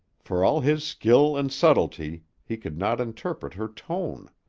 for all his skill and subtlety, he could not interpret her tone.